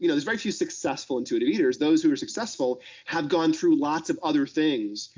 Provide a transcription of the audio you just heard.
you know there's very few successful intuitive eaters, those who are successful have gone through lots of other things,